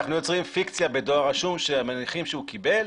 אנחנו יוצרים פיקציה בדואר רשום ומניחים שהוא קיבל.